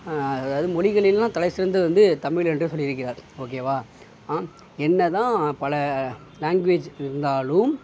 அதாவது மொழிகளில் எல்லாம் தலைசிறந்தது வந்து தமிழ் என்றே சொல்லி இருக்கிறார் ஓகேவா என்னதான் பல லாங்க்வேஜ் இருந்தாலும்